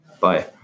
Bye